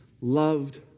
loved